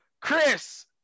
Chris